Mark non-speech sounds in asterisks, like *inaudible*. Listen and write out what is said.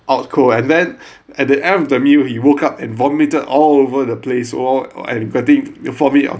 out cold and then *breath* at the end of the meal he woke up and vomited all over the place for me of